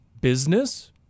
business